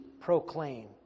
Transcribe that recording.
proclaim